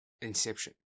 Inception